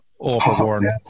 Overworn